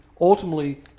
ultimately